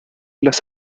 las